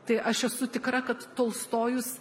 tai aš esu tikra kad tolstojus